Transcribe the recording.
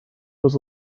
was